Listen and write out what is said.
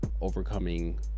overcoming